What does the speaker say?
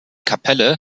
kapelle